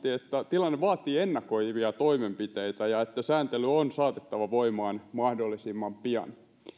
tilanne vaatii ennakoivia toimenpiteitä ja että sääntely on saatettava voimaan mahdollisimman pian